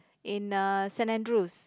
in uh Saint-Andrews